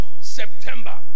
September